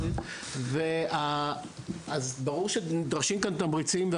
כמו שצריך, אז ברור שנדרשים כאן תמריצים.